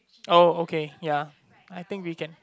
oh okay ya I think we can